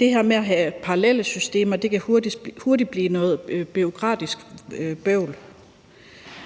Det her med at have parallelle systemer kan hurtigt blive noget bureaukratisk bøvl.